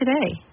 today